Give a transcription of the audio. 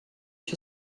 ich